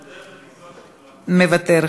מוותר,